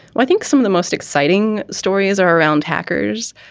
i think some of the most exciting stories are around hackers.